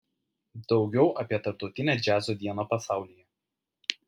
daugiau apie tarptautinę džiazo dieną pasaulyje